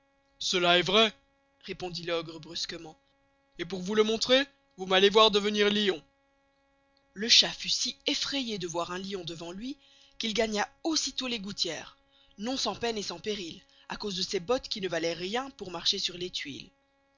cela est vray répondit l'ogre brusquement et pour vous le montrer vous m'allez voir devenir lyon le chat fut si éfrayé de voir un lyon devant luy qu'il gagna aussi tost les goûtieres non sans peine et sans peril à cause de ses bottes qui ne valoient rien pour marcher sur les